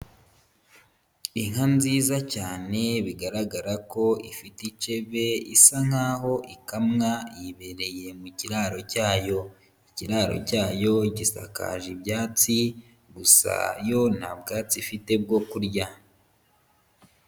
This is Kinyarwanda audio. Inka nziza cyane bigaragara ko ifite icebe isa nkaho ikamwa yibereye mu kiraro cyayo, ikiraro cyayo gisakaje ibyatsi gusa yo nta bwatsi ifite bwo kurya.